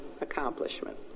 accomplishment